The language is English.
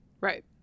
Right